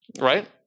right